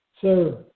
sir